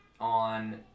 on